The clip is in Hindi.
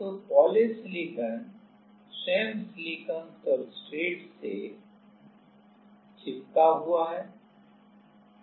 तो पॉलीसिलिकॉन स्वयं सिलिकॉन सब्सट्रेट से चिपका हुआ है